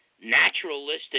naturalistic